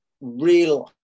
real